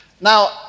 Now